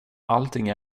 allting